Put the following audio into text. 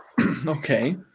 Okay